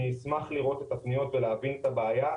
אשמח לראות את הפניות ולהבין את הבעיה,